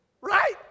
Right